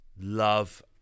love